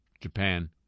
Japan